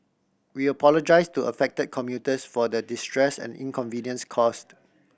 we apologise to affected commuters for the distress and inconvenience caused